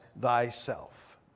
thyself